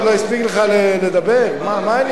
למה הוא